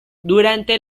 durante